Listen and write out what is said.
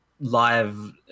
live